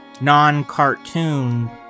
non-cartoon